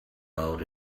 out